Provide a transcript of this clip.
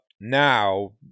now